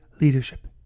leadership